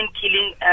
killing